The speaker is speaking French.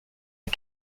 les